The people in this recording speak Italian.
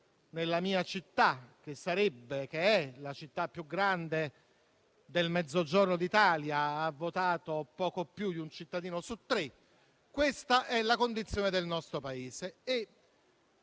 Nella mia città, che è la più grande del Mezzogiorno d'Italia, ha votato poco più di un cittadino su tre: questa è la condizione del nostro Paese.